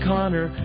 Connor